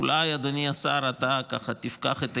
אולי, אדוני השר, אתה ככה תפקח את עיניי,